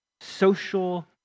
social